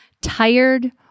tired